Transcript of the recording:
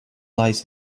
lies